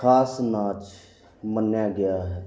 ਖਾਸ ਨਾਚ ਮੰਨਿਆ ਗਿਆ ਹੈ